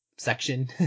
section